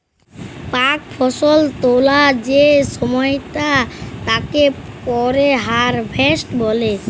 পাক ফসল তোলা যে সময়টা তাকে পরে হারভেস্ট বলে